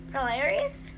Hilarious